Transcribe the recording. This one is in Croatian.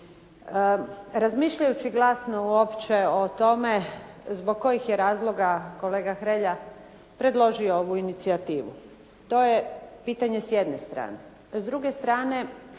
Razmišljajući glasno uopće o tome zbog kojih je razloga kolega Hrelja predložio ovu inicijativu. To je pitanje s jedne strane.